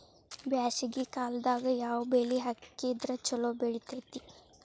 ಬ್ಯಾಸಗಿ ಕಾಲದಾಗ ಯಾವ ಬೆಳಿ ಹಾಕಿದ್ರ ಛಲೋ ಬೆಳಿತೇತಿ?